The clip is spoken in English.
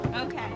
Okay